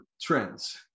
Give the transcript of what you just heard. trends